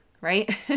Right